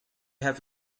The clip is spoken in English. have